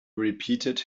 repeated